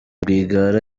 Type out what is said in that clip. rwigara